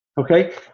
Okay